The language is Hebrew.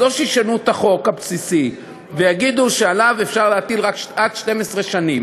אז או שישנו את החוק הבסיסי ויגידו שעליו אפשר להטיל רק עד 12 שנים,